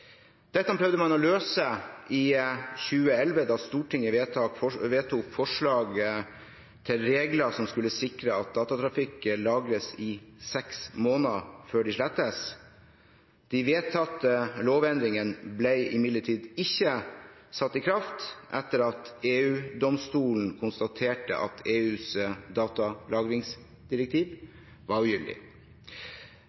Dette prøvde man å løse i 2011, da Stortinget vedtok forslag til regler som skulle sikre at datatrafikk lagres i seks måneder før det slettes. De vedtatte lovendringene ble imidlertid ikke satt i kraft, etter at EU-domstolen konstaterte at EUs datalagringsdirektiv